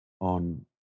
On